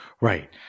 Right